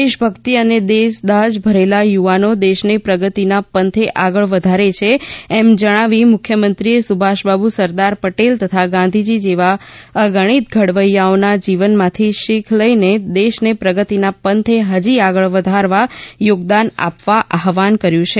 દેશભક્તિ અને દેશદાઝ ભરેલા યુવાનો દેશને પ્રગતિના પંથે આગળ વધારે છે એમ જણાવીને મુખ્યમંત્રીએ સુભાષબાબુ સરદાર પટેલ તથા ગાંધીજી જેવા અગણીત ઘડવૈયાઓના જીવનમાંથી શીખ લઇને દેશને પ્રગતિના પંથે ફજી આગળ વધારવા યોગદાન આપવા આફવાન કર્યું છે